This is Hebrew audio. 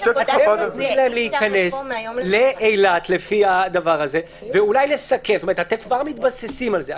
אפשר להיכנס לאילת - ואתם כבר מתבססים על זה.